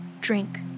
drink